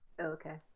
okay